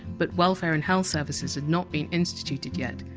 but welfare and health services had not been instituted yet.